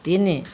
ତିନି